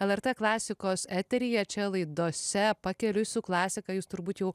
lrt klasikos eteryje čia laidose pakeliui su klasika jūs turbūt jau